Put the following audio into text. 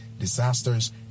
disasters